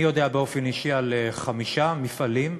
אני יודע באופן אישי על חמישה מפעלים,